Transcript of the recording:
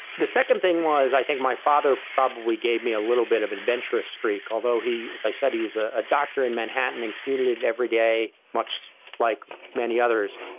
the second thing was, i think my father probably gave me a little bit of an adventurous streak, although he, as i said, he was ah a doctor in manhattan and commuted every day, much like many others.